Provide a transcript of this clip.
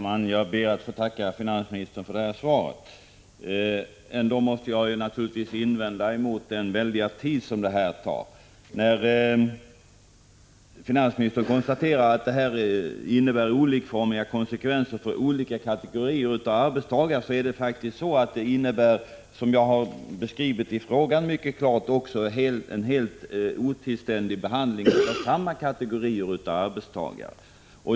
Herr talman! Jag ber att få tacka finansministern för svaret. Men jag måste naturligtvis invända mot att arbetet i detta sammanhang tagit så lång tid. Finansministern konstaterar att det här kan få olikformiga konsekvenser för olika kategorier av arbetstagare. Det innebär faktiskt också, och det har jag mycket klart beskrivit i min fråga, en helt otillständig behandling av samma kategorier av arbetstagare.